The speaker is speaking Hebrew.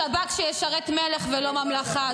שב"כ שישרת מלך ולא ממלכה.